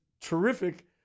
terrific